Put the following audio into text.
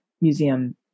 museum